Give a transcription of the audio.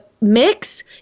mix